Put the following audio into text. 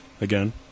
again